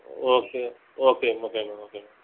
okay ஓகேங்க ஓகேங்க ma'am ஓகேங்க மேம்